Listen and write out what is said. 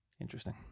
Interesting